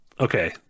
Okay